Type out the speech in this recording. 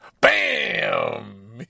BAM